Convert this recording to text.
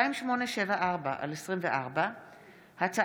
כבוד האדם וחירותו (תיקון, הזכות